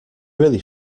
really